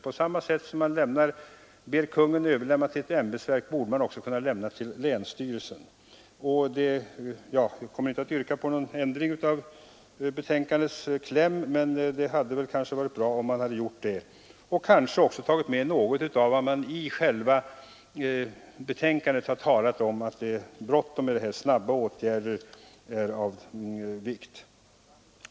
På samma sätt som man ber Kungl. Maj:t överlämna en motion till ett ämbetsverk, borde motionen ha kunnat överlämnas till länsstyrelsen.